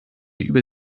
über